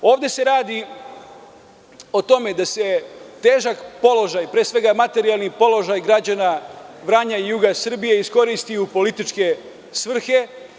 Ovde se radi o tome da se težak položaj, pre svega materijalni položaj građana Vranja i juga Srbije iskoristi u političke svrhe.